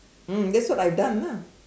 mm that's what I've done ah